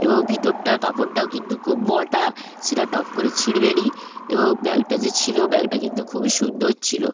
এবং ভিতরটার কাপড়টাও কিন্তু খুব মটা সেটাও টপ করে ছিঁড়বে নি এবং ব্যাগটা যে ছিলো ব্যাগটা কিন্তু খুবই সুন্দর ছিলো